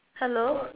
hello